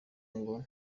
ngo